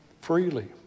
freely